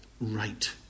right